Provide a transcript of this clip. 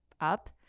up